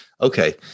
Okay